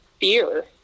Fear